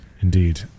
Indeed